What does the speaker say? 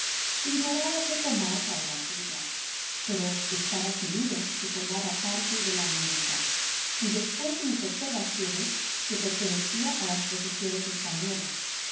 ignoraba qué comarca era aquella pero estaba seguro que formaba parte de la américa y despues de mis observaciones que pertenecía á las posesiones españolas